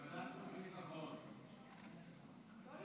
בעד,